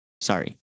sorry